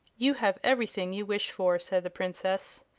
you have everything you wish for, said the princess.